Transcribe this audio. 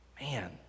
Man